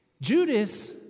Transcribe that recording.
Judas